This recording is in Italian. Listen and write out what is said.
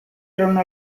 erano